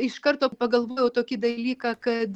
iš karto pagalvojau tokį dalyką kad